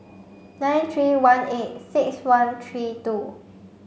nine three one eight six one three two